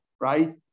right